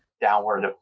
downward